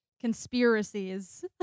conspiracies